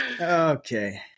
Okay